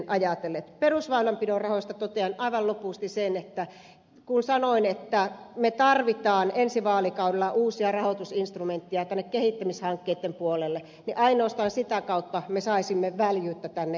perusväylänpidon rahoista totean aivan lopuksi sen että kun sanoin että me tarvitsemme ensi vaalikaudella uusia rahoitusinstrumentteja tänne kehittämishankkeitten puolelle niin ainoastaan sitä kautta me saisimme väljyyttä tänne perusväylänpitoon